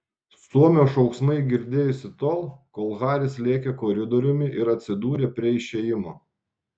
suomio šauksmai girdėjosi tol kol haris lėkė koridoriumi ir atsidūrė prie išėjimo